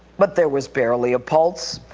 but there was barely a pulse.